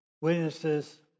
witnesses